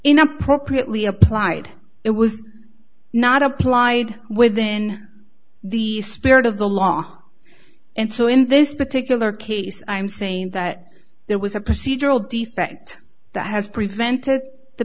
inappropriately applied it was not applied within the spirit of the law and so in this particular case i'm saying that there was a procedural defect that has prevented the